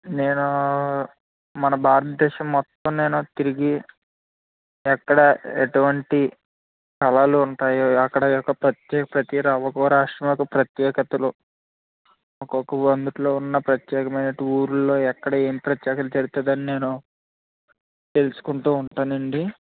నేను మన భారతదేశం మొత్తం నేను తిరిగి ఎక్కడ ఎటువంటి స్థలాలు ఉంటాయో అక్కడ యొక్క ప్రత్యే ప్రతికకు ఒక్కో రాష్ట్రం యొక్క ప్రత్యేకతలు ఒకొక్క అందులో ఉన్న ప్రత్యేకమైన ఊళ్ళలో ఎక్కడ ఏం ప్రత్యేకత జరుగుతుంది అని నేను తెలుసుకుంటూ ఉంటానండి